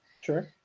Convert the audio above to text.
Sure